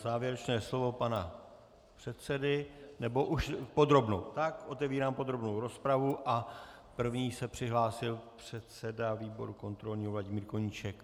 Závěrečné slovo pana předsedy nebo už... podrobnou, tak otevírám podrobnou rozpravu a první se přihlásil předseda výboru kontrolního Vladimír Koníček.